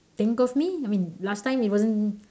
think of me I mean last time it wasn't